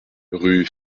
rue